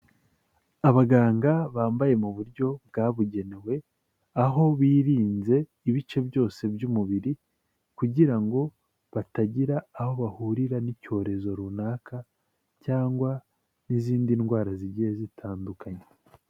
Abaganga bambaye mu buryo bwabugenewe, aho birinze ibice byose by'umubiri kugira ngo batagira aho bahurira n'icyorezo runaka, cyangwa n'izindi ndwara zigiye zitandukanye.